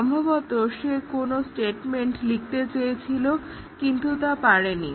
সম্ভবত সে কোনো স্টেটমেন্ট লিখতে চেয়েছিল কিন্তু তা পারেনি